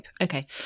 Okay